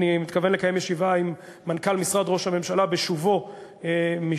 אני מתכוון לקיים ישיבה עם מנכ"ל משרד ראש הממשלה בשובו מטוקיו,